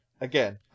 Again